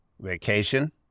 Vacation